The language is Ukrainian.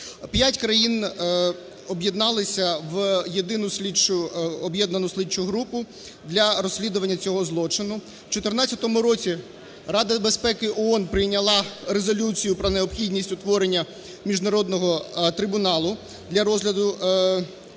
П'ять країн об'єдналися в єдину слідчу, об'єднану слідчу групу для розслідування цього злочину. В 2014 році Рада безпеки ООН прийняла Резолюцію про необхідність утворення міжнародного трибуналу для розгляду цієї